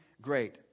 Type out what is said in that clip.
great